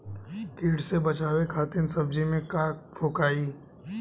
कीट से बचावे खातिन सब्जी में का फेकाई?